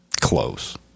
close